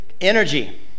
energy